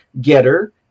Getter